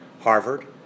Harvard